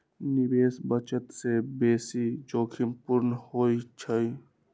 निवेश बचत से बेशी जोखिम पूर्ण होइ छइ